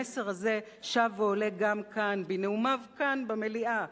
המסר הזה שב ועולה גם כאן, בנאומיו כאן, במליאה.